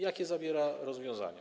Jakie zawiera rozwiązania?